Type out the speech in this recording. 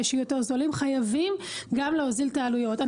יהיו יותר זולים חייבים גם להוזיל את העלויות.